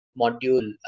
module